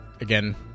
again